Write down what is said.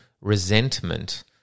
resentment